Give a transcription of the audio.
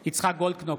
בהצבעה יצחק גולדקנופ,